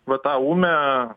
va tą ūmią